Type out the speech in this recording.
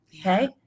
Okay